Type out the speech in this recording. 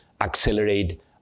accelerate